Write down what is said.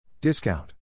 Discount